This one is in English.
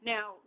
Now